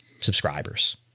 subscribers